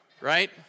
right